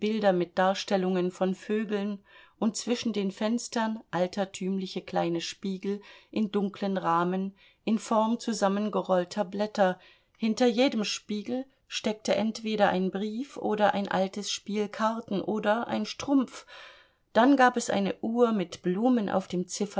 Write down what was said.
mit darstellungen von vögeln und zwischen den fenstern altertümliche kleine spiegel in dunklen rahmen in form zusammengerollter blätter hinter jedem spiegel steckte entweder ein brief oder ein altes spiel karten oder ein strumpf dann gab es eine uhr mit blumen auf dem